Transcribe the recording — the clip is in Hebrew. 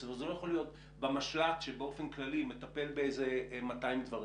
זה לא יכול להיות במשל"ט שבאופן כללי מטפל באיזה מאתיים דברים.